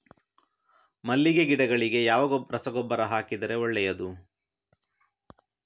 ಮಲ್ಲಿಗೆ ಗಿಡಗಳಿಗೆ ಯಾವ ರಸಗೊಬ್ಬರ ಹಾಕಿದರೆ ಒಳ್ಳೆಯದು?